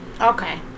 okay